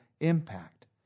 impact